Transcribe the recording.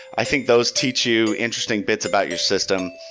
i think those teach you interesting bits about your system.